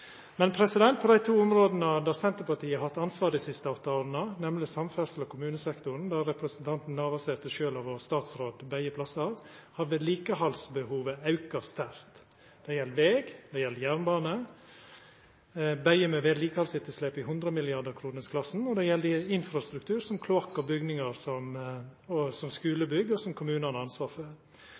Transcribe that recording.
Men på dei to områda der Senterpartiet har hatt ansvaret dei siste åtte åra, nemleg samferdsels- og kommunesektoren, der Navarsete har vore statsråd begge plassar, har vedlikehaldsbehovet auka sterkt. Det gjeld veg, det gjeld jernbane – begge med vedlikehaldsetterslep i hundre-milliardar-kroners-klassa – og det gjeld infrastruktur som kloakk, og bygningar som skulebygg, som kommunane har ansvaret for.